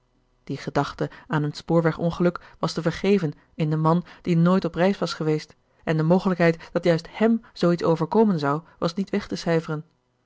die gedachten aan een spoorwegongeluk was te vergeven in den man die nooit op reis was geweest en de mogelijkheid dat juist hem zoo iets overkomen zou was niet weg te